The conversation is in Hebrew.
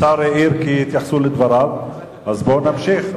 השר העיר, כי התייחסו לדבריו, אז בוא נמשיך.